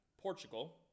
Portugal